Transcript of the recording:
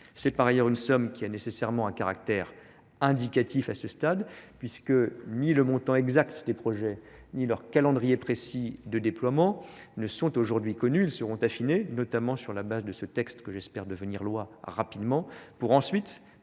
ernest par ailleurs une somme qui a nécessairement un caractère indicatif à ce stade puisque ni le montant exact des projets, ni leur calendrier précis de déploiement ne sont aujourd'hui connus et seront affinés notamment sur la base de ce texte que j'espère devenir loi rapidement pour ensuite